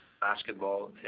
basketball